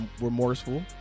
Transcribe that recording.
remorseful